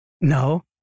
No